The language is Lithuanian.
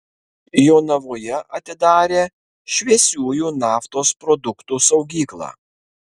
jonavoje atidarė šviesiųjų naftos produktų saugyklą